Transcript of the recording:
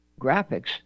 graphics